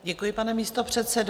Děkuji, pane místopředsedo.